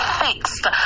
fixed